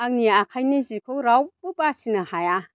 आंनि आखाइनि जिखौ रावबो बासिनो हाया